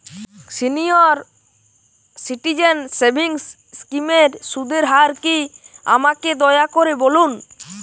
senior citizen savings স্কিমের সুদের হার কী আমাকে দয়া করে বলুন